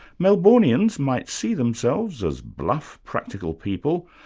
melburnians might see themselves as bluff, practical people,